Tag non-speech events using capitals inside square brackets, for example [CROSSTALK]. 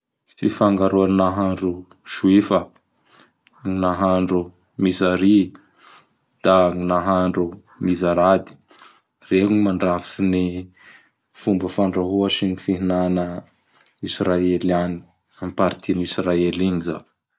Fifangaroan'ny nahandro Joifa: [NOISE] gn nahandro Mizary; [NOISE] da gn nahandro Mizarady. [NOISE] Reo gn mandrafitsy gny fomba fandrahoa sy n fihinana Israeliany am partin'Israely igny zan.